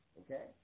okay